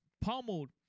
pummeled